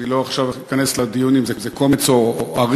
אני לא אכנס עכשיו לדיונים אם זה קומץ או ארי,